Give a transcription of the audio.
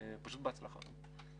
פשוט בהצלחה.